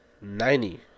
Ninety